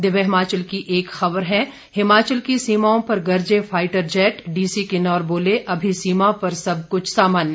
दिव्य हिमाचल की एक खबर है हिमाचल की सीमाओं पर गरजे फाइटर जेट डीसी किन्नौर बोले अभी सीमा पर सब कुछ सामान्य